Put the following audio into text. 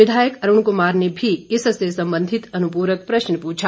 विधायक अरुण कुमार ने भी इससे संबंधित अनुपूरक प्रश्न पूछा